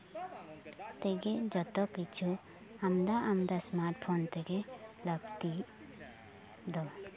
ᱛᱮᱜᱮ ᱡᱚᱛᱚ ᱠᱤᱪᱷᱩ ᱟᱢᱫᱟ ᱟᱢᱫᱟ ᱥᱢᱟᱴ ᱯᱷᱳᱱᱛᱮᱜᱮ ᱞᱟᱹᱠᱛᱤ ᱫᱚ